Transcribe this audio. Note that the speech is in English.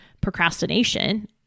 procrastination